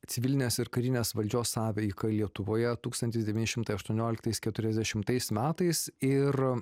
civilinės ir karinės valdžios sąveika lietuvoje tūkstantis devyni šimtai aštuonioliktais keturiasdešimtais metais ir